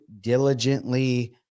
diligently